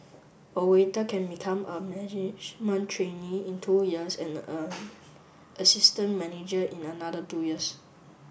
a waiter can become a management trainee in two years and an assistant manager in another two years